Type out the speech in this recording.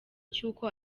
cy’uko